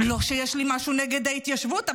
לא שיש לי משהו נגד ההתיישבות,